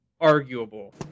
arguable